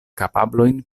kapablojn